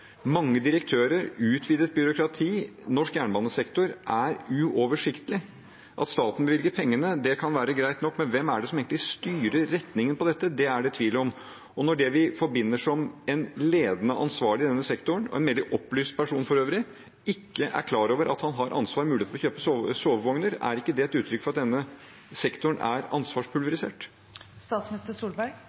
mange direktører og utvidet byråkrati i norsk jernbanesektor er uoversiktlig? At staten bevilger pengene, kan være greit nok, men hvem som egentlig styrer retningen på dette, er det tvil om, og når det vi forbinder med en ledende ansvarlig i denne sektoren, for øvrig en veldig opplyst person, ikke er klar over at han har ansvar og mulighet for å kjøpe sovevogner, er ikke det da et uttrykk for at denne sektoren er